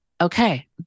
Okay